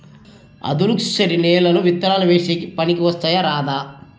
ఆధులుక్షరి నేలలు విత్తనాలు వేసేకి పనికి వస్తాయా రాదా?